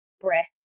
breath